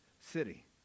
city